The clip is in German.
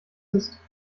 ist